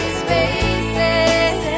spaces